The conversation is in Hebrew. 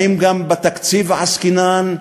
האם גם בתקציב עסקינן?